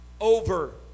over